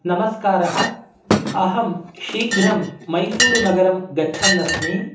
नमस्कारः अहं शीघ्रं मैसूरुनगरं गच्छन्नस्मि